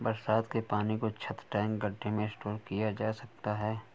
बरसात के पानी को छत, टैंक, गढ्ढे में स्टोर किया जा सकता है